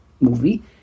movie